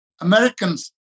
Americans